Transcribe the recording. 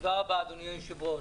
תודה רבה, אדוני היושב-ראש.